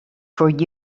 for